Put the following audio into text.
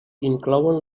inclouen